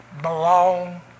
belong